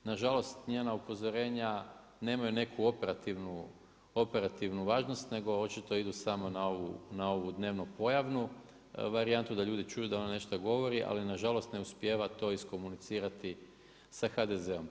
Nažalost, njena upozorenja, nemaju neku operativnu važnost, nego očito idu samo na ovu dnevnu pojavnu varijantu, da ljudi čuju da ona nešto govori, ali nažalost, ne uspijeva to iskomunicirali sa HDZ-om.